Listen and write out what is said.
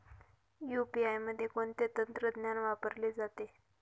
UPI मध्ये कोणते तंत्रज्ञान वापरले जाते?